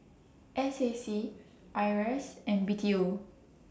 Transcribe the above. S A C IRAS and B T O